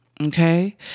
Okay